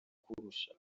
kurusha